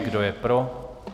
Kdo je pro?